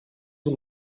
ont